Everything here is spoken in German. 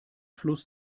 fluss